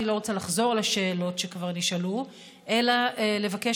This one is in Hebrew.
אני לא רוצה לחזור על השאלות שכבר נשאלו אלא לבקש